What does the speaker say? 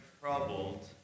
troubled